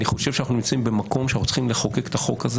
אני חושב שאנחנו נמצאים במקום שאנחנו צריכים לחוקק את החוק הזה